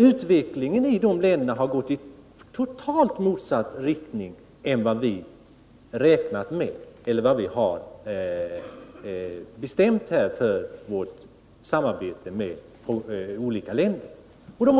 Utvecklingen i dessa länder har ju gått i en totalt annan riktning än vad vi räknade med när vi upprättade samarbetsavtal med dem. Då